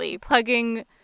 plugging